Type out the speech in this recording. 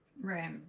Right